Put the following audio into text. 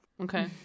Okay